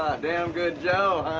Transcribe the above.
ah damn good joe,